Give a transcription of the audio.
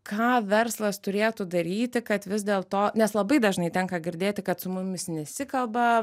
ką verslas turėtų daryti kad vis dėl to nes labai dažnai tenka girdėti kad su mumis nesikalba